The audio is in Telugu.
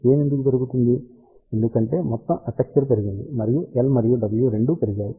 గెయిన్ ఎందుకు పెరుగుతోంది ఎందుకంటే మొత్తం ఎపర్చరు పెరిగింది మరియు L మరియు W రెండూ పెరిగాయి ఎందుకంటే εr విలువ తక్కువ